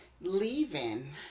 leaving